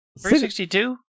362